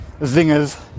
zingers